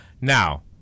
Now